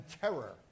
terror